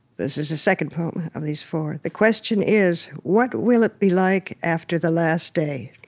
this is the second poem of these four the question is, what will it be like after the last day?